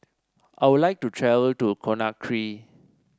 I would like to travel to Conakry